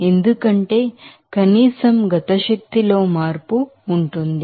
ఎందుకంటే కనీసం kinetic energy లో మార్పు ఉంటుంది